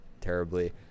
terribly